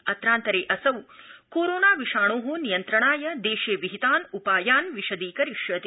अत्रान्तरे असौ कोरोना विषाणो नियन्त्रणाय देशे विहितान् उपायान् विशदीकरिष्यति